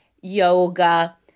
yoga